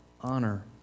honor